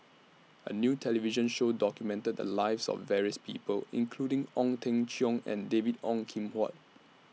A New television Show documented The Lives of various People including Ong Teng Cheong and David Ong Kim Huat